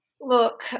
Look